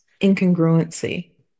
incongruency